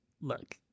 Look